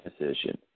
decision